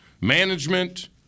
Management